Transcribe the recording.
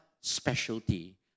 specialty